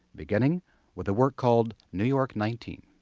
beginning with a work called new york nineteen